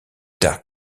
tard